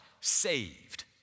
saved